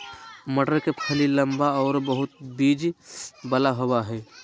मटर के फली लम्बा आरो बहुत बिज वाला होबा हइ